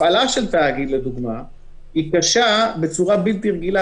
הפעלה של תהליך היא קשה בצורה בלתי רגילה,